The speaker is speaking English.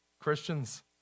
Christians